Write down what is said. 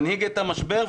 מנהיג את המשבר,